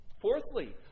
Fourthly